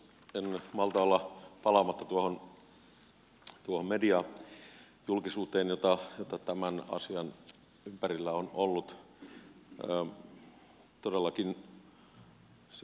en malta olla palaamatta mediajulkisuuteen jota tämän asian ympärillä on ollut